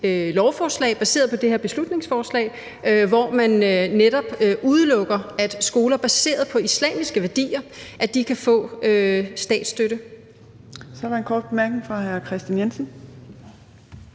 lovforslag baseret på det her beslutningsforslag, hvor man netop udelukker, at skoler baseret på islamiske værdier kan få statsstøtte. Kl. 14:09 Fjerde næstformand (Trine